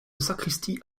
sacristie